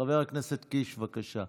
חבר הכנסת קיש, בבקשה.